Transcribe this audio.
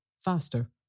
Faster